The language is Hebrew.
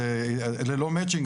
זה לא מצינג,